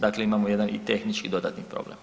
Dakle, imamo jedan i tehnički dodatni problem.